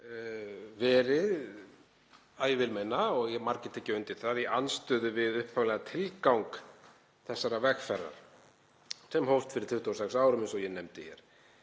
að ég vil meina og hafa margir tekið undir það, í andstöðu við upphaflegan tilgang þessarar vegferðar sem hófst fyrir 26 árum, eins og ég nefndi hér.